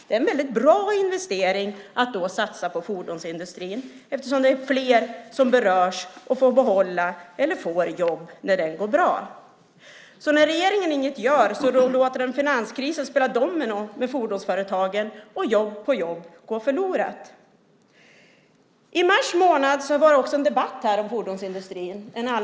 Det är en bra investering att då satsa på fordonsindustrin eftersom det är fler som berörs och får behålla eller får jobb när den går bra. När regeringen inget gör låter den alltså finanskrisen spela domino med fordonsföretagen, och jobb på jobb går förlorade. I mars månad fördes en aktuell debatt här om fordonsindustrin.